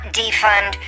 defund